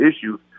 issues